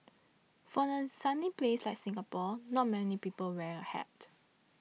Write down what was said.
for a sunny place like Singapore not many people wear a hat